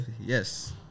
Yes